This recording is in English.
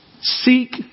seek